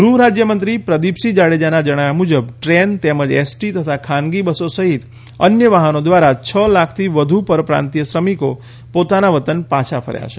ગૃહરાજ્યમંત્રી પ્રદીપસિંહ જાડેજાના જણાવ્યા મુજબ દ્રેન તેમજ એસટી તથા ખાનગી બસો સહિત અન્ય વાહનો દ્વારા છ લાખથી વધુ પરપ્રાંતીય શ્રમિકો પોતાના વતન પાછા ફર્યા છે